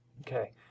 Okay